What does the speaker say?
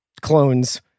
clones